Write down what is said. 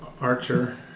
archer